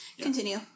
Continue